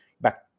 back